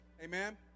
Amen